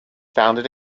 founded